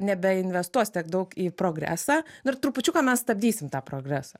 nebeinvestuos tiek daug į progresą na ir trupučiuką mes stabdysim tą progresą